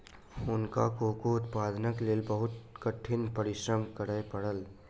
हुनका कोको उत्पादनक लेल बहुत कठिन परिश्रम करय पड़ल